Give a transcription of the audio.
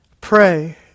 Pray